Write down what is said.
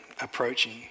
approaching